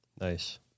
Nice